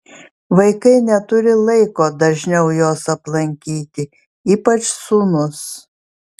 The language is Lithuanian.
vaikai neturi laiko dažniau jos aplankyti ypač sūnus